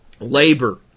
Labor